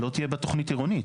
לא תהיה בה תוכנית עירונית.